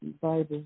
Bible